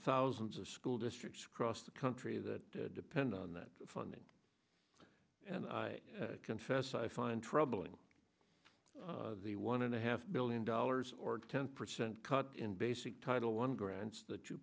thousands of school districts across the country that depend on that funding and i confess i find troubling the one and a half billion dollars or ten percent cut in basic title one grants that you